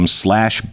slash